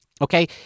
okay